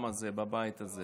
זה לא תלוי בכם בכלל.